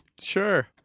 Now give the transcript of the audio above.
Sure